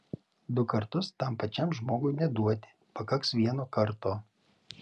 du kartus tam pačiam žmogui neduoti pakaks vieno karto